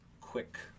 quick